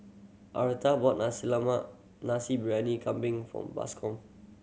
Arletta bought nasi landmark Nasi Briyani Kambing for Bascom